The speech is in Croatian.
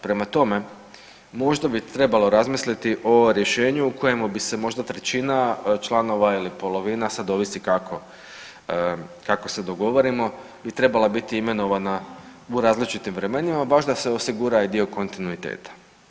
Prema tome, možda bi trebalo razmisliti o rješenju u kojemu bi se možda trećina članova ili polovina, sad ovisi kako, kako se dogovorimo, bi trebala biti imenovana u različitim vremenima baš da se osigura i dio kontinuiteta.